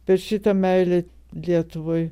per šitą meilę lietuvai